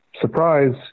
surprise